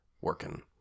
working